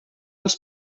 els